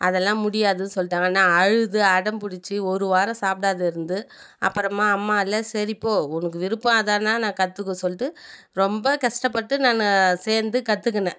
அதெல்லாம் முடியாது சொல்லிட்டாங்க நான் அழுது அடம்பிடிச்சு ஒரு வாரம் சாப்பிடாத இருந்து அப்புறமா அம்மா இல்லை சரிப்போ உனக்கு விருப்பம் அதுதானா நான் கற்றுக்கோ சொல்லிட்டு ரொம்ப கஷ்டப்பட்டு நான் சேர்ந்து கற்றுக்கினேன்